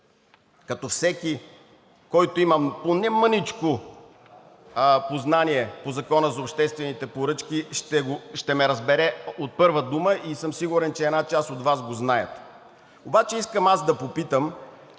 цени. Всеки, който има поне мъничко познания по Закона за обществените поръчки, ще ме разбере от първа дума, а и съм сигурен, че една част от Вас го знаят. Обаче искам аз да попитам: